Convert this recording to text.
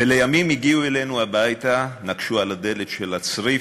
ולימים הגיעו אלינו הביתה, נקשו על הדלת של הצריף,